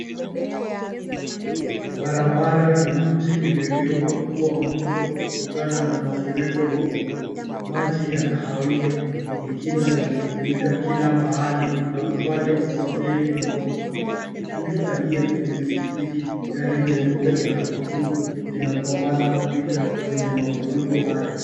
Barabara ya mji imegeuka kuwa mto kutokana na mafuriko makubwa. Maji ya kahawia yenye kina yamefunika kila mahali na kufanya usafiri kuwa mgumu. Mtu alie kwenye pikipiki, gari jeupe, na tukutuku vinapambana kupita kwenye mafuriko haya.